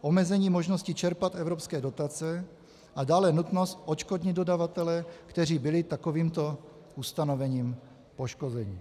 omezení možnosti čerpat evropské dotace a dále nutnost odškodnit dodavatele, kteří byli takovýmto ustanovením poškozeni.